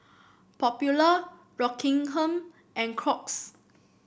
Popular Rockingham and Crocs